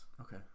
Okay